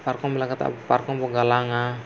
ᱯᱟᱨᱠᱚᱢ ᱞᱟᱜᱟᱫ ᱯᱟᱨᱠᱚᱢᱵᱚ ᱜᱟᱞᱟᱝᱟ